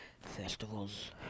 festivals